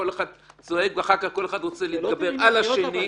כל אחד צועק ואחר כך כל אחד רוצה לדבר על חשבון השני.